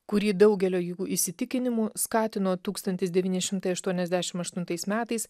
kurį daugelio jų įsitikinimu skatino tūkstantis devyni šimtai aštuoniasdešim aštuntais metais